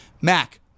Mac